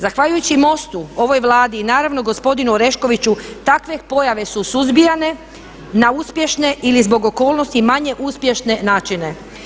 Zahvaljujući MOST-u, ovoj Vladi i naravno gospodinu Oreškoviću takve pojave su suzbijane na uspješne ili zbog okolnosti manje uspješne načine.